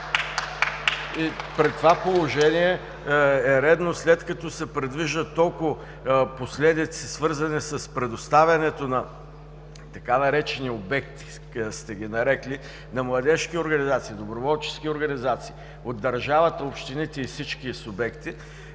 При това положение е редно, след като се предвиждат толкова последици, свързани с предоставянето на така наречени „обекти“ на младежки организации, доброволчески организации, от държавата, общините и всички субекти,